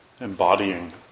embodying